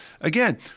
Again